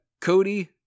Cody